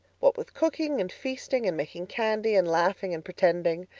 what with cooking and feasting and making candy and laughing and pretending,